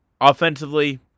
Offensively